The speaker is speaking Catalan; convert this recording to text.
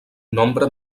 nombre